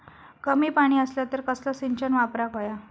कमी पाणी असला तर कसला सिंचन वापराक होया?